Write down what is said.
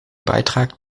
beitrag